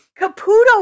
Caputo